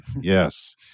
yes